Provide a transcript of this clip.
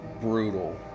Brutal